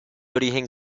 origen